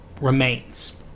remains